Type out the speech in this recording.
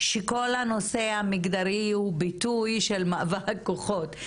שכל הנושא המגדרי הוא ביטוי של מאבק כוחות.